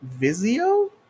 Vizio